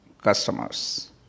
customers